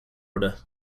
order